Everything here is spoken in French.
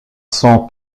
son